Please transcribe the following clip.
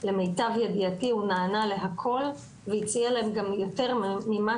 למיטב ידיעתי-הוא נענה להכל והציע להם גם יותר ממה